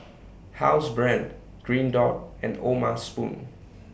Housebrand Green Dot and O'ma Spoon